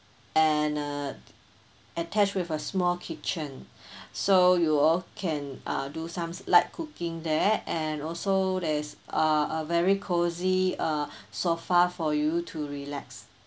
and uh attached with a small kitchen so you all can uh do some light cooking there and also there's uh a very cozy uh sofa for you to relax